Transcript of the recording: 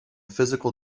physical